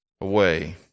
away